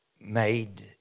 made